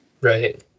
Right